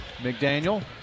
McDaniel